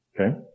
Okay